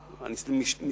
מופרע בתחום התכנון והבנייה,